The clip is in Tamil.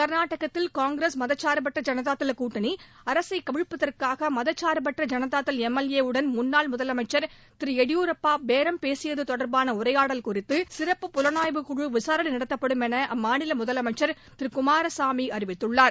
கா்நாடகத்தில் காங்கிரஸ் மதசா்பற்ற ஜனதாதள கூட்டணி அரசை கவிழ்ப்பதற்காக மதசா்பற்ற ஜனதாதள எம் எல் ஏ உடன் முன்னாள் முதலமைச்ச் திரு எடியூரப்பா பேரம் பேசியது தொடர்பான உரையாடல் குறித்து சிறப்பு புலனாய்வுக்குழு விசாரணை நடத்தப்படும் என அம்மாநில முதலமைச்சா் திரு குமாரசாமி அறிவித்துள்ளார்